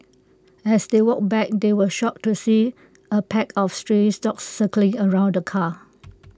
as they walked back they were shocked to see A pack of stray dogs circling around the car